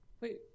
Wait